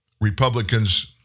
Republicans